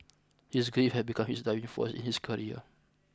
his grief had become his driving force in his career